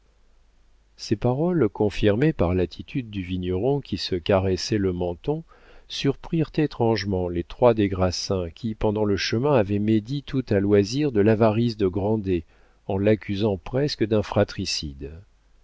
ces paroles confirmées par l'attitude du vigneron qui se caressait le menton surprirent étrangement les trois des grassins qui pendant le chemin avaient médit tout à loisir de l'avarice de grandet en l'accusant presque d'un fratricide